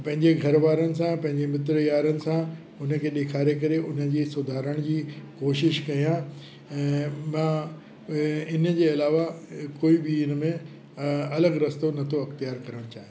पंहिंजे घर वारनि सां पंहिंजे मित्र यारनि सां उन खे ॾेखारे करे उन जी सुधारण जी कोशिश कयां ऐं मां इन जे अलावा कोई बि इन में अलॻि रस्तो नथो इख़्तियार करणु चाहियां